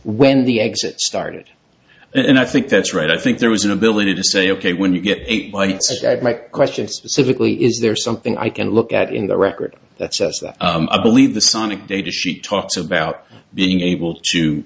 when the exit started and i think that's right i think there was an ability to say ok when you get eight bytes my question specifically is there something i can look at in the record that says that i believe the sonic datasheet talks about being able to